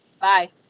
bye